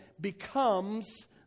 becomes